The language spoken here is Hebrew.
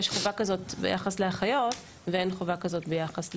יש חובה כזו ביחס לאחיות ואין חובה כזו ביחס לעוזרים.